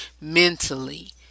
mentally